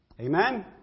Amen